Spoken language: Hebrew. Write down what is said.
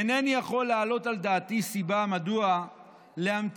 אינני יכול להעלות על דעתי סיבה מדוע להמתין